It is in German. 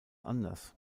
anders